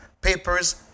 papers